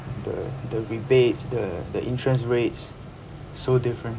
the the rebates the the interest rates so different